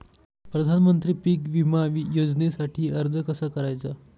प्रधानमंत्री पीक विमा योजनेसाठी अर्ज कसा करायचा?